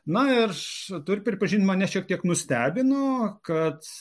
na ir aš turiu pripažinti mane šiek tiek nustebino kad